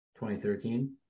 2013